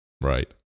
right